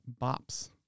Bops